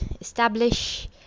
establish